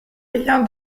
rien